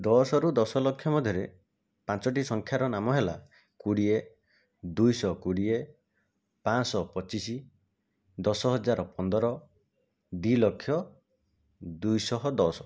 ଦଶରୁ ଦଶଲକ୍ଷ ମଧ୍ୟରେ ପାଞ୍ଚଟି ସଂଖ୍ୟାର ନାମ ହେଲା କୋଡ଼ିଏ ଦୁଇଶହ କୋଡ଼ିଏ ପାଞ୍ଚଶହ ପଚିଶ ଦଶହଜାର ପନ୍ଦର ଦୁଇଲକ୍ଷ ଦୁଇଶହ ଦଶ